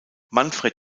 manfred